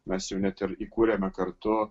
mes jau net ir įkūrėme kartu